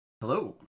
hello